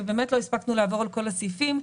ובאמת לא הספקנו לעבור על כל הסעיפים,